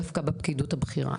דווקא בפקידות הבכירה,